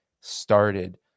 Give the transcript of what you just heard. started